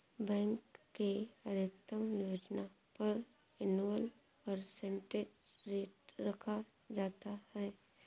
bank के अधिकतम योजना पर एनुअल परसेंटेज रेट रखा जाता है